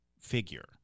figure